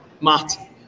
Matt